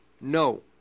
No